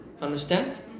understand